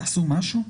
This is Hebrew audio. תעשו משהו,